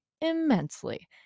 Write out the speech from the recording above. immensely